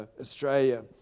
Australia